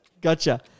Gotcha